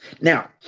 Now